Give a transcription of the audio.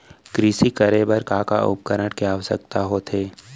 कृषि करे बर का का उपकरण के आवश्यकता होथे?